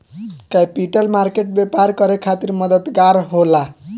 capital market व्यापार करे खातिर मददगार होला